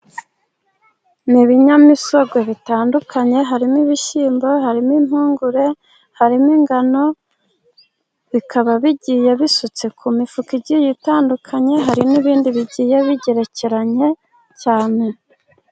Ni binyamisogwe bitandukanye harimo ibishyimbo, harimo impungure, harimo ingano, bikaba bigiye bisutse ku mifuka igiye itandukanye. Hari n'ibindi bigiye bigerekeranye cyane.